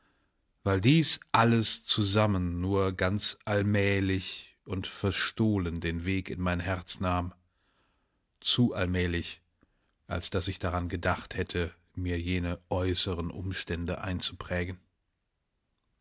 weil dies alles zusammen nur ganz allmählich und verstohlen den weg in mein herz nahm zu allmählich als daß ich daran gedacht hätte mir jene äußeren umstände einzuprägen